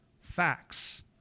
Facts